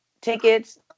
Tickets